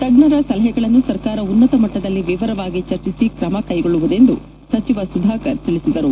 ತಜ್ಞರ ಸಲಹೆಗಳನ್ನು ಸರ್ಕಾರ ಉನ್ನತಮಟ್ಟದಲ್ಲಿ ವಿವರವಾಗಿ ಚರ್ಚಿಸಿ ಕ್ರಮ ಕೈಗೊಳ್ಳುವುದೆಂದು ಸಚಿವ ಸುಧಾಕರ್ ತಿಳಿಸಿದರು